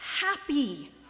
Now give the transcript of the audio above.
happy